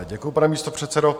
Děkuji, pane místopředsedo.